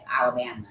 Alabama